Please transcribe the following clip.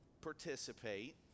participate